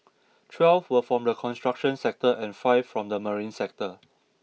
twelve were from the construction sector and five from the marine sector